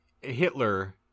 Hitler